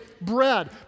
bread